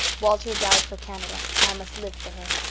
walter died for canada i must live for her.